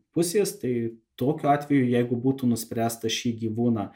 pusės tai tokiu atveju jeigu būtų nuspręsta šį gyvūną